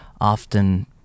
often